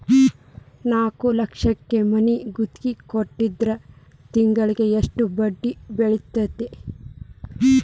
ನಾಲ್ಕ್ ಲಕ್ಷಕ್ ಮನಿ ಗುತ್ತಿಗಿ ಕೊಟ್ಟಿದ್ರ ತಿಂಗ್ಳಾ ಯೆಸ್ಟ್ ಬಡ್ದಿ ಬೇಳ್ತೆತಿ?